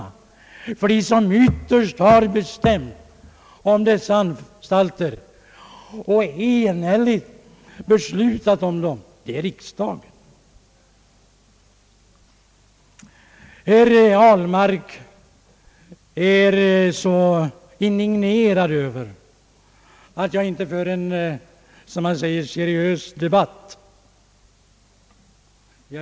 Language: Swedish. Och det är riksdagen som ytterst har bestämt och enhälligt beslutat om dessa anstalter. Herr Ahlmark är så indignerad över att jag inte för en, som han säger, »seriös debatt».